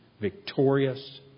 victorious